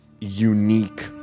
unique